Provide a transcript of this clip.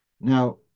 Now